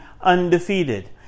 undefeated